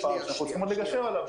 וזה פער שאנחנו צריכים עוד לגשר עליו.